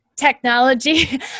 technology